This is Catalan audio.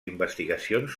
investigacions